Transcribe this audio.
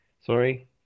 sorry